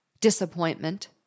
disappointment